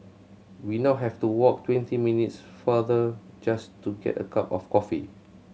we now have to walk twenty minutes farther just to get a cup of coffee